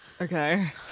Okay